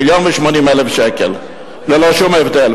מיליון ו-80,000 שקל, ללא שום הבדל.